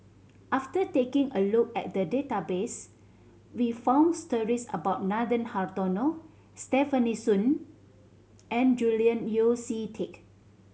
after taking a look at the database we found stories about Nathan Hartono Stefanie Sun and Julian Yeo See Teck